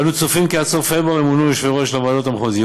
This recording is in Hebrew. אנו צופים כי עד סוף פברואר ימונו יושבי-ראש לוועדות המחוזיות.